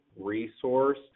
resource